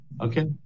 Okay